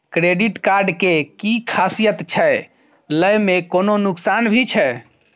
Credit card के कि खासियत छै, लय में कोनो नुकसान भी छै?